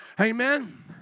Amen